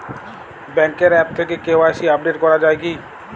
ব্যাঙ্কের আ্যপ থেকে KYC update করা যায় কি?